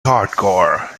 hardcore